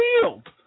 field